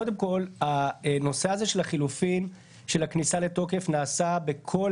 קודם כל הנושא הזה של חילופין של הכניסה לתוקף נעשה בכל